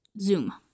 zoom